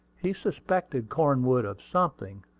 he suspected cornwood of something,